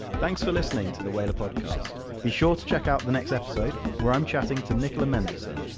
thanks for listening to the whalar podcast. be sure to check out the next episode where i'm chatting to nicola mendelsohn,